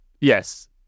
Yes